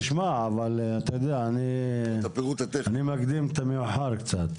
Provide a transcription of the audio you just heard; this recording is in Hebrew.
נשמע, אבל אני מקדים את המאוחר קצת.